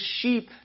sheep